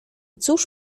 cóż